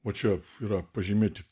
va čia yra pažymėti